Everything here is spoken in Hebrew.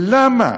למה?